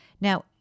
Now